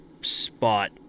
spot